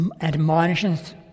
admonishments